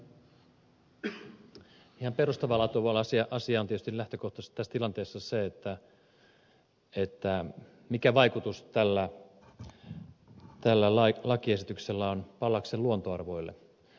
ihan perustavaa laatua oleva asia on tietysti lähtökohtaisesti tässä tilanteessa se mikä vaikutus tällä lakiesityksellä on pallaksen luontoarvoille